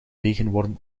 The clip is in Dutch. regenworm